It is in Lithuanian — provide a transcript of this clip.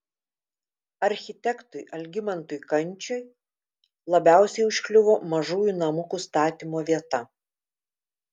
architektui algimantui kančui labiausiai užkliuvo mažųjų namukų statymo vieta